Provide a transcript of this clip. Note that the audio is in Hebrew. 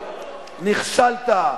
נכשלת,